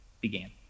began